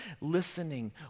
listening